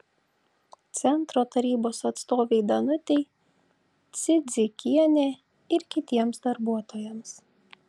centro tarybos atstovei danutei cidzikienė ir kitiems darbuotojams